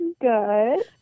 Good